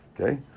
Okay